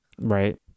Right